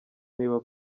niba